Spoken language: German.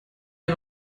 wir